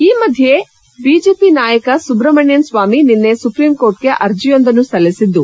ಈ ಮಧ್ಯೆ ಬಿಜೆಪಿ ನಾಯಕ ಸುಬ್ರಮಣ್ಣನ್ ಸ್ವಾಮಿ ನಿನ್ನೆ ಸುಪ್ರೀಂಕೋರ್ಟ್ಗೆ ಅರ್ಜೆಯೊಂದನ್ನು ಸಲ್ಲಿಸಿದ್ದು